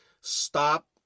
stop